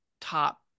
top